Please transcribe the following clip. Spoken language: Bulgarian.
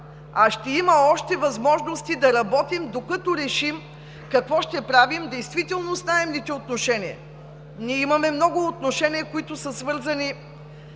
а ще има още възможности да работим, докато решим какво ще правим действително с наемните отношения“. Ние имаме много отношения, които са свързани